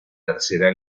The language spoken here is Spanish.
tercera